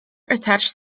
attached